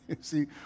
See